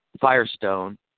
Firestone